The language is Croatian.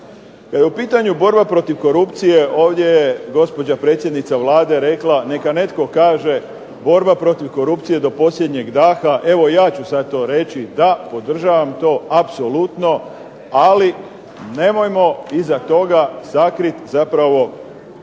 u pitanju borba protiv korupcije, ovdje je gospođa predsjednica Vlade rekla neka netko kaže borba protiv korupcije do posljednjeg daha, evo ja ću sad to reći da podržavam to apsolutno, ali nemojmo iza toga sakriti zapravo